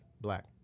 Black